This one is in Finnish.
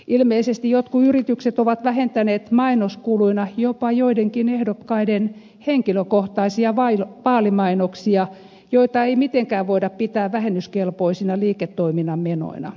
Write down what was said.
ilmeisesti jotkut yritykset ovat vähentäneet mainoskuluina jopa joidenkin ehdokkaiden henkilökohtaisia vaalimainoksia joita ei mitenkään voida pitää vähennyskelpoisina liiketoiminnan menoina